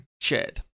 Shared